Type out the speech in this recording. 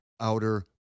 outer